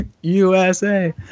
USA